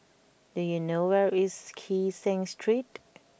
do you know where is Kee Seng Street